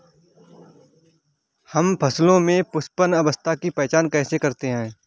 हम फसलों में पुष्पन अवस्था की पहचान कैसे करते हैं?